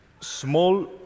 small